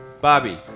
Bobby